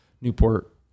Newport